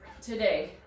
today